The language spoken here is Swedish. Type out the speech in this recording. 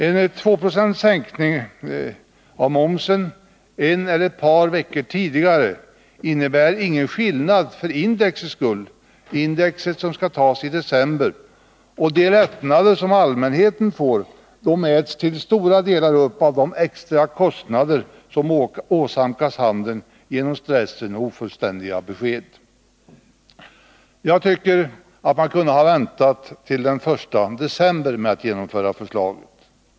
En tvåprocentig sänkning av momsen en eller ett par veckor tidigare innebär ingen skillnad för indexet i december, och de lättnader som allmänheten får äts till stora delar upp av de extra kostnader som åsamkats handeln genom stressen och ofullständiga besked. Jag tycker att man kunde ha väntat till den 1 december med att genomföra förslaget.